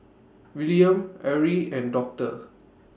Willaim Ari and Doctor